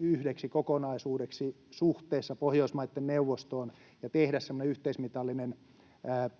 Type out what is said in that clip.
yhdeksi kokonaisuudeksi suhteessa Pohjoismaiden neuvostoon ja on helppo tehdä semmoinen yhteismitallinen